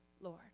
Lord